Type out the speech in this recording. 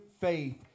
faith